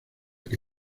que